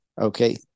Okay